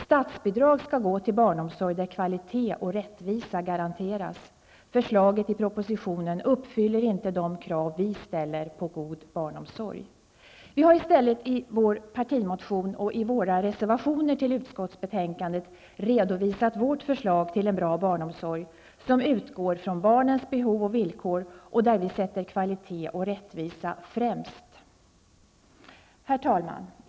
Statsbidrag skall gå till barnomsorg där kvalitet och rättvisa garanteras. Förslaget i propositionen uppfyller inte de krav vi ställer på god barnomsorg. Vi har i stället i vår partimotion och i våra reservationer till utskottsbetänkandet redovisat vårt förslag till en bra barnomsorg, som utgår från barnens behov och villkor och där vi sätter kvalitet och rättvisa främst. Herr talman!